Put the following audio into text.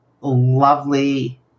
lovely